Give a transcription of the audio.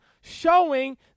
showing